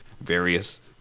various